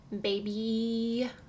baby